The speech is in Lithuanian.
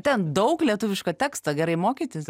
ten daug lietuviško teksto gerai mokytis